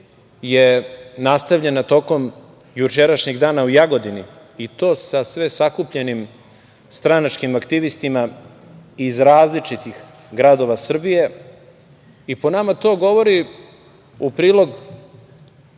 je nastavljena tokom jučerašnjeg dana u Jagodini, i to sa sve sakupljenim stranačkim aktivistima iz različitih gradova Srbije i po nama to govori u prilog